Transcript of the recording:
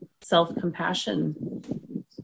self-compassion